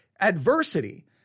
adversity